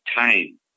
time